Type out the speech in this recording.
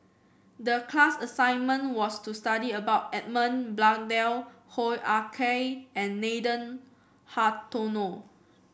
the class assignment was to study about Edmund Blundell Hoo Ah Kay and Nathan Hartono